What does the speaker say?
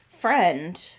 friend